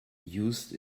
used